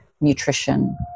nutrition